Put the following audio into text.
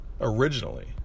originally